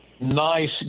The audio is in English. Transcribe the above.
nice